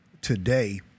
today